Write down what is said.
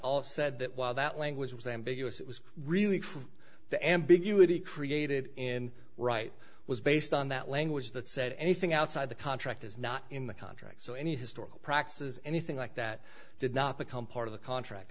said that while that language was ambiguous it was really from the ambiguity created in right was based on that language that said anything outside the contract is not in the contract so any historical practices anything like that did not become part of the contract